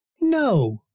No